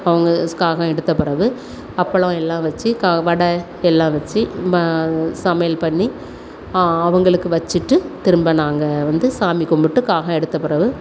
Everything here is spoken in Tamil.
அவங்க காகம் எடுத்த பிறகு அப்பளம் எல்லாம் வச்சு க வடை எல்லாம் வச்சு ம சமையல் பண்ணி அவங்களுக்கு வச்சுட்டு திரும்ப நாங்கள் வந்து சாமி கும்பிட்டு காகம் எடுத்த பிறகு